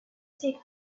take